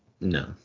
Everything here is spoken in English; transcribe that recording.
No